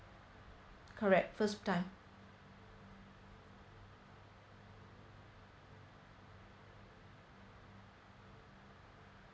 correct first time